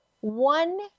one